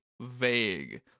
vague